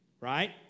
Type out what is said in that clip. Right